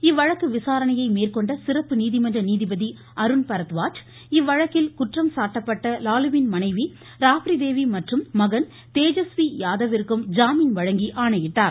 இவ்வழக்கு விசாரணையை மேற்கொண்ட சிறப்பு நீதிமன்ற நீதிபதி அருண் பரத்வாஜ் இவ்வழக்கில் குற்றம் சாட்டப்பட்ட லாலுவின் மனைவி ராப்ரிதேவி மற்றும் மகன் தேஜஸ்வி யாதவிற்கும் ஜாமீன் வழங்கி ஆணையிட்டார்